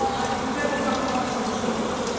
i've never felt quite so short.